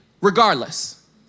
regardless